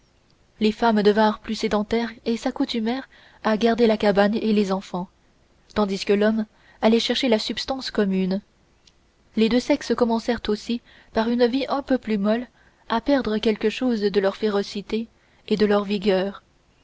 les femmes devinrent plus sédentaires et s'accoutumèrent à garder la cabane et les enfants tandis que l'homme allait chercher la subsistance commune les deux sexes commencèrent aussi par une vie un peu plus molle à perdre quelque chose de leur férocité et de leur vigueur